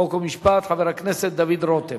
חוק ומשפט, חבר הכנסת דוד רותם.